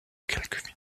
quelques